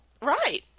Right